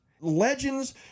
legends